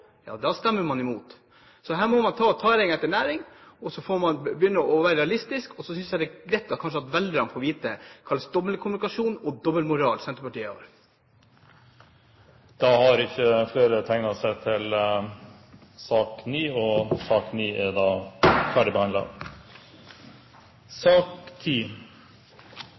ja da stemmer man imot. Så her må man sette tæring etter næring, og så får man begynne å være realistisk. Og så synes jeg det er greit at kanskje velgerne får vite hva slags dobbeltkommunikasjon og dobbeltmoral Senterpartiet har. Flere har ikke bedt om ordet til sak